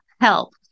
Help